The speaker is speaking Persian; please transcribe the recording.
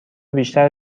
بیشتر